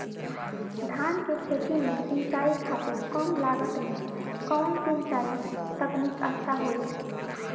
धान के खेती में सिंचाई खातिर कम लागत में कउन सिंचाई तकनीक अच्छा होई?